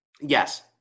yes